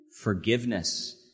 forgiveness